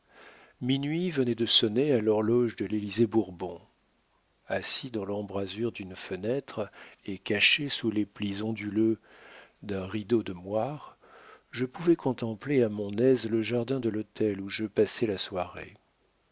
minuit venait de sonner à l'horloge de l'élysée-bourbon assis dans l'embrasure d'une fenêtre et caché sous les plis onduleux d'un rideau de moire je pouvais contempler à mon aise le jardin de l'hôtel où je passais la soirée